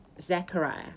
Zechariah